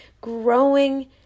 growing